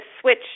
switch